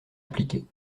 appliquée